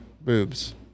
Boobs